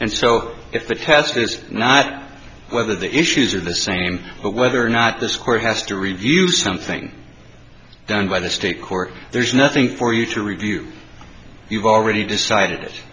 and so if the test is not whether the issues are the same whether or not this court has to review something done by the state court there's nothing for you to review you've already decided